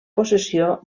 possessió